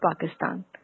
Pakistan